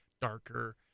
darker